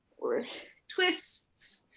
or twists.